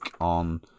on